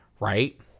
right